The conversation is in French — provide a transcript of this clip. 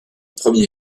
premier